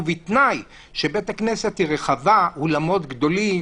ובתנאי שבית הכנסת הוא רחבה עם אולמות גדולים,